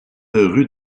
rue